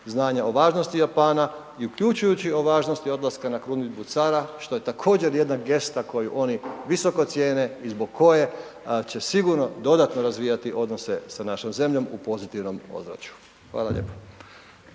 znanja o važnosti Japana i uključujući o važnosti odlaska na krunidbu cara što je također jedna gesta koju oni visoko cijene i zbog koje će sigurno dodatno razvijati odnose sa našom zemljom u pozitivnom ozračju. Hvala lijepo.